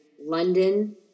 London